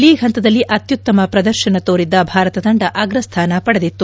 league ಹಂತದಲ್ಲಿ ಅತ್ಯುತ್ತಮ ಪ್ರದರ್ಶನ ತೋರಿದ್ದ ಭಾರತ ತಂದ ಅಗ್ರಸ್ಠಾನ ಪಡೆದಿತ್ತು